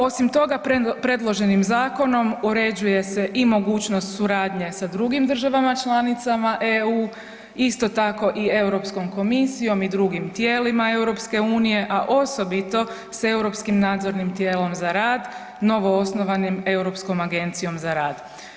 Osim toga, predloženim zakonom uređuje se i mogućnost suradnje sa drugim državama članicama EU isto tako i Europskom komisijom i drugim tijelima EU, a osobito s Europskim nadzornim tijelom za rad, novoosnovanim, Europskom agencijom za rad.